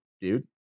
dude